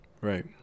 right